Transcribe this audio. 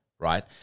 Right